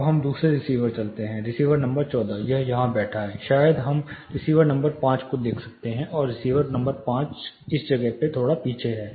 अब हम दूसरे रिसीवर पर चलते हैं रिसीवर नंबर 14 वह यहां बैठा है शायद हम रिसीवर नंबर 5 को देख सकते हैं और रिसीवर नंबर 5 इस जगह से थोड़ा पीछे है